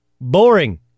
Boring